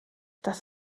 das